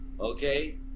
Okay